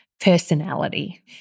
personality